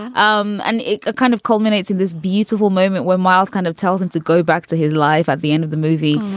um and it kind of culminates in this beautiful moment where miles kind of tells us to go back to his life at the end of the movie.